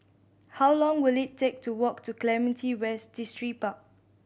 how long will it take to walk to Clementi West Distripark